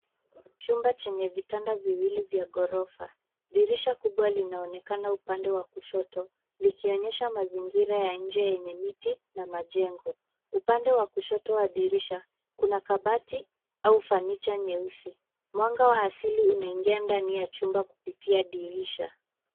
Chumba chenye vitanda viwili vya ghorofa. Dirisha kubwa linaonekana upande wa kushoto likionyesha mazingira ya nje yenye miti na majengo. Upande wa kushoto adirisha kuna kabati au fanicha nyeusi. Mwanga wa asili unaingia ndani ya chumba kupitia dirisha.